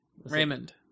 Raymond